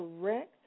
correct